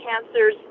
cancers